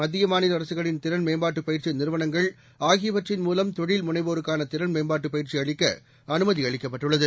மத்திய மாநில அரசுகளின் திறன் மேம்பாட்டு பயிற்சி நிறுவனங்கள் ஆகியவற்றின் மூலம் தொழில் முனைவோருக்கான திறன்மேம்பாட்டு பயிற்சி அளிக்க அனுமதி அளிக்கப்பட்டுள்ளது